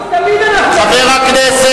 הליכוד תמיד הלך, חבר הכנסת